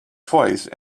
twice